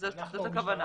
זאת הכוונה.